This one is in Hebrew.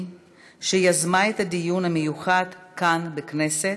שיזמה את הדיון המיוחד כאן בכנסת,